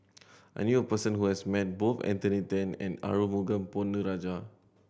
I knew a person who has met both Anthony Then and Arumugam Ponnu Rajah